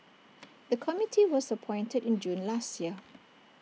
the committee was appointed in June last year